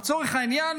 לצורך העניין,